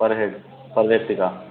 पर हेड पर हेड के हिसाब